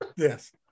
Yes